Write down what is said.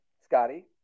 Scotty